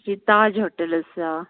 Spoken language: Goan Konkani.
ताज हॉटेल आसा